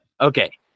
okay